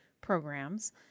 programs